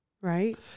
right